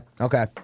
okay